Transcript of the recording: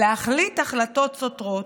להחליט החלטות סותרות.